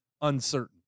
uncertain